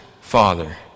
father